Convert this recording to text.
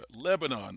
lebanon